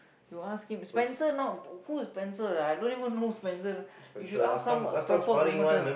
you ask him Spencer not who is Spencer ah I don't even know who is Spencer you should ask some proper promoter